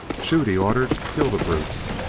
shoot! he ordered. kill the brutes!